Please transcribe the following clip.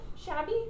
shabby